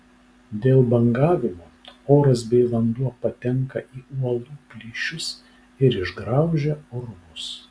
dėl bangavimo oras bei vanduo patenka į uolų plyšius ir išgraužia urvus